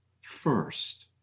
first